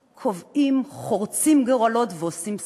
קובעים, חורצים גורלות ועושים סלקציה.